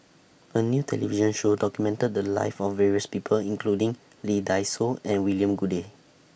A New television Show documented The Lives of various People including Lee Dai Soh and William Goode